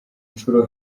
nshuro